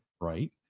Right